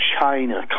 China